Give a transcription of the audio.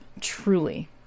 truly